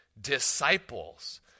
disciples